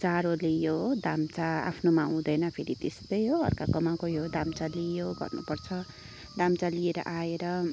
चारो ल्यायो हो दाम्चा आफ्नोमा हुँदैन फेरि त्यस्तै हो अर्काकोमा गयो दाम्चा ल्यायो गर्नुपर्छ दाम्चा लिएर आएर